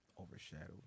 Overshadowed